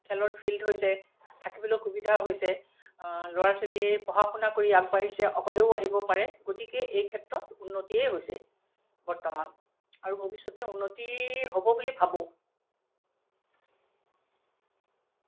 খেলৰ ফিল্ড হৈছে থাকিবলৈ সুবিধা হৈছে ল'ৰা ছোৱালী পঢ়া শুনা কৰি আগবাঢ়িছে অকলেও আহিব পাৰে গতিকে এই ক্ষেত্ৰত উন্নতিয়ে হৈছে বৰ্তমান আৰু ভৱিষ্যতে উন্নতি হ'ব বুলি ভাৱো